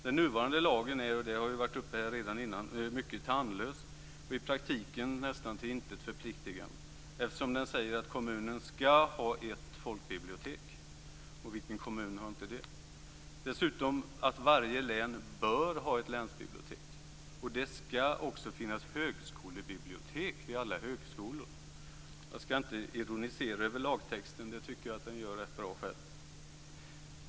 Den nuvarande lagen är, och det har redan varit uppe, mycket tandlös och i praktiken nästan till intet förpliktigande, eftersom den säger att kommunen ska ha ett folkbibliotek - och vilken kommun har inte det. Dessutom säger den att varje län bör ha ett länsbibliotek, och det ska också finnas högskolebibliotek vid alla högskolor. Jag ska inte ironisera över lagtexten; det tycker jag att den gör rätt bra själv.